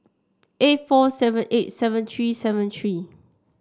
eight four seven eight seven three seven three